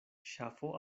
ŝafo